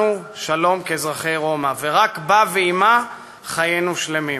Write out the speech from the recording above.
לנו שלום כאזרחי רומא, ורק בה ועמה חיינו שלמים.